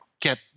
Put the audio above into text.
get –